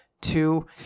two